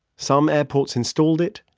some airports installed it,